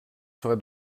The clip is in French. serai